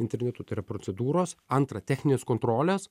internetu tai yra procedūros antra techninės kontrolės